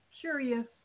curious